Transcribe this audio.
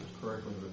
correctly